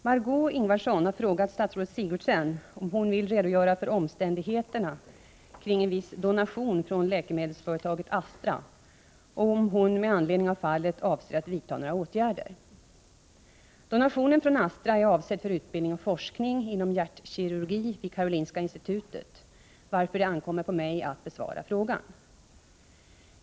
Herr talman! Donationen från Astra är avsedd för utbildning och forskning inom hjärtkirurgi vid Karolinska institutet, varför det ankommer på mig att besvara frågan.